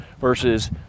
versus